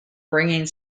bringing